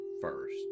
first